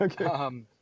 Okay